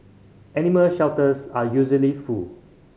animal shelters are usually full